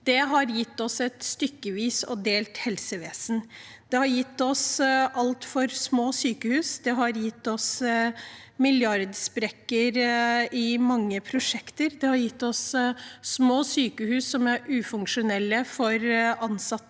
har gitt oss et stykkevis og delt helsevesen. Det har gitt oss altfor små sykehus, det har gitt oss milliardsprekker i mange prosjekter, det har gitt oss små sykehus som ikke er funksjonelle for ansatte